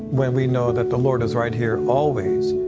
when we know that the lord is right here always.